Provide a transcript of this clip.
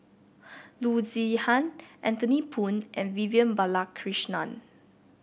Loo Zihan Anthony Poon and Vivian Balakrishnan